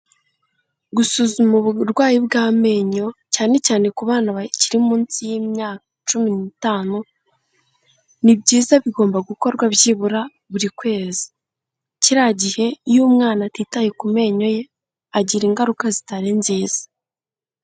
Gusuzuma ubu burwayi bw'amenyo, cyane cyane ku bana bakiri munsi y'imyaka cumi n'tanu, ni byiza bigomba gukorwa byibura buri kwezi, kiriya gihe iyo umwana atitaye ku menyo ye, agira ingaruka zitari nziza.